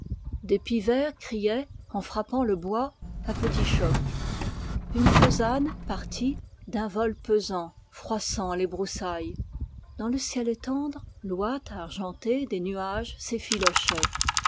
piverts criaient en frappant le bois à petits chocs un vol pesant froissa les broussailles dans le ciel tendre l'ouate argentée des nuages